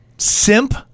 Simp